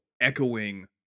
echoing